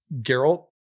Geralt